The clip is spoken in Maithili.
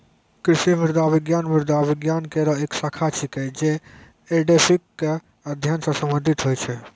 कृषि मृदा विज्ञान मृदा विज्ञान केरो एक शाखा छिकै, जे एडेफिक क अध्ययन सें संबंधित होय छै